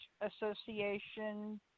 association